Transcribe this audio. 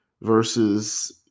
versus